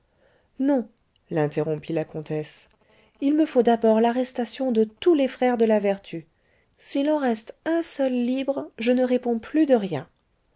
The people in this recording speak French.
non l'interrompit la comtesse il me faut d'abord l'arrestation de tous les frères de la vertu s'il en reste un seul libre je ne réponds plus de rien